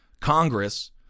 Congress